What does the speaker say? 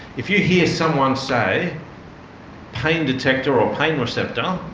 if you hear someone say pain detector or pain receptor um